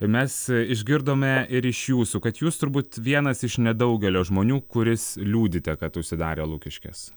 mes išgirdome ir iš jūsų kad jūs turbūt vienas iš nedaugelio žmonių kuris liūdite kad užsidarė lukiškės